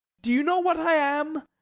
do you know what i am?